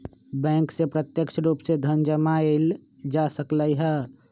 bank से प्रत्यक्ष रूप से धन जमा एइल जा सकलई ह